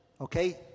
Okay